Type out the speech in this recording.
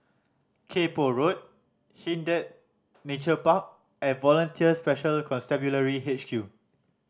Kay Poh Road Hindhede Nature Park and Volunteer Special Constabulary H Q